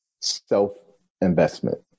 self-investment